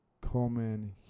Coleman